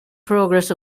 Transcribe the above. progress